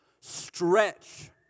Stretch